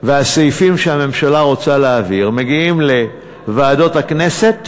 והסעיפים שהממשלה רוצה להעביר מגיעים לוועדות הכנסת,